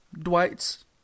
Dwight's